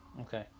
Okay